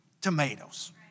tomatoes